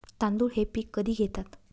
तांदूळ हे पीक कधी घेतात?